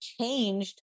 changed